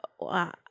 wow